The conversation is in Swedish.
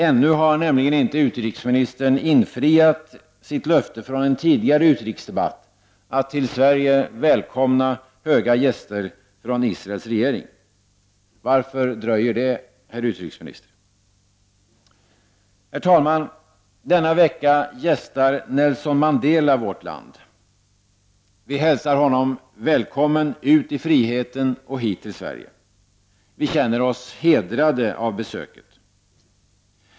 Ännu har nämligen inte utrikesministern infriat sitt löfte från en tidigare utrikesdebatt, att till Sverige välkomna höga gäster från Israels regering. Varför dröjer det, herr utrikesminister? Herr talman! Denna vecka gästar Nelson Mandela vårt land. Vi hälsar honom välkommen ut i friheten och hit till Sverige. Vi känner oss hedrade av besöket.